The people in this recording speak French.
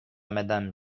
madame